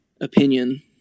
opinion